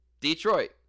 Detroit